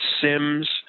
Sims